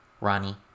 Ronnie